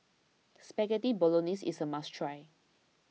Spaghetti Bolognese is a must try